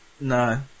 no